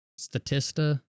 Statista